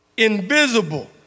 Invisible